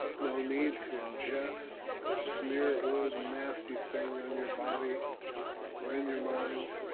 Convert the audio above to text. no need to ingest or smear old nasty thing on your body or in your mind.